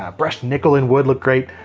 ah brushed nickel and wood look great,